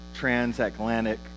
Transatlantic